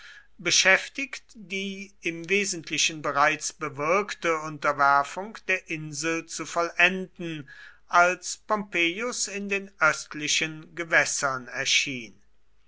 beschäftigt die im wesentlichen bereits bewirkte unterwerfung der insel zu vollenden als pompeius in den östlichen gewässern erschien